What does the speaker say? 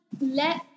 let